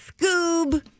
Scoob